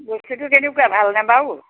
বস্তুটো কেনেকুৱা ভাল নে বাৰু